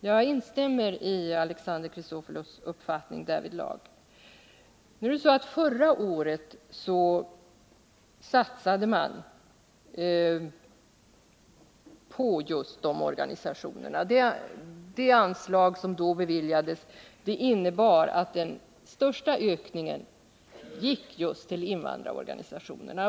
Jag delar Alexander Chrisopoulos uppfattning därvidlag. Förra året satsades det på just de organisationerna. Det anslag som då beviljades innebar att den största ökningen gick just till invandrarorganisationerna.